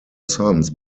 sons